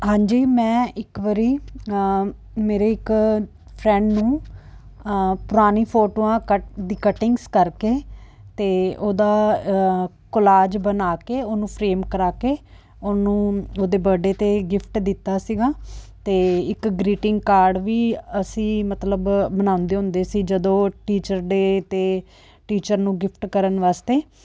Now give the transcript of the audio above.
ਹਾਂਜੀ ਮੈਂ ਇੱਕ ਵਾਰੀ ਮੇਰੇ ਇੱਕ ਫਰੈਂਡ ਨੂੰ ਪੁਰਾਣੀ ਫੋਟੋਆਂ ਦੀ ਕਟਿੰਗਸ ਕਰਕੇ ਅਤੇ ਉਹਦਾ ਕੋਲਾਜ ਬਣਾ ਕੇ ਉਹਨੂੰ ਫਰੇਮ ਕਰਾ ਕੇ ਉਹਨੂੰ ਉਹਦੇ ਬਰਡੇ 'ਤੇ ਗਿਫਟ ਦਿੱਤਾ ਸੀਗਾ ਅਤੇ ਇੱਕ ਗ੍ਰੀਟਿੰਗ ਕਾਰਡ ਵੀ ਅਸੀਂ ਮਤਲਬ ਬਣਾਉਂਦੇ ਹੁੰਦੇ ਸੀ ਜਦੋਂ ਟੀਚਰ ਡੇ ਅਤੇ ਟੀਚਰ ਨੂੰ ਗਿਫਟ ਕਰਨ ਵਾਸਤੇ